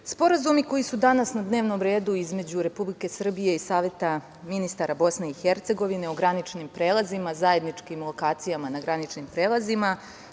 sporazumi koji su danas na dnevnom redu između Republike Srbije i Saveta ministara BiH o graničnim prelazima, zajedničkim lokacijama na graničnim prelazima,